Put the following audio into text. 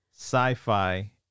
sci-fi